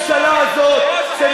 לממשלה התקועה הזאת,